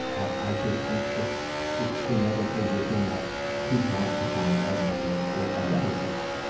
i just think it's, it's genetically within us to want to find our meaning or our purpose.